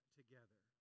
together